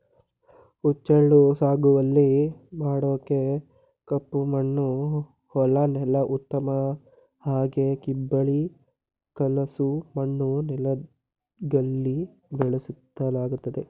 ಹುಚ್ಚೆಳ್ಳು ಸಾಗುವಳಿ ಮಾಡೋಕೆ ಕಪ್ಪಮಣ್ಣು ಹೊಲ ನೆಲ ಉತ್ತಮ ಹಾಗೆ ಕಿಬ್ಬಳಿ ಕಲಸು ಮಣ್ಣು ನೆಲಗಳಲ್ಲಿ ಬೆಳೆಸಲಾಗ್ತದೆ